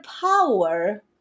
power